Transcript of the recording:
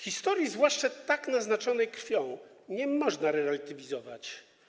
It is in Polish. Historii, zwłaszcza tak naznaczonej krwią, nie można relatywizować.